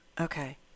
Okay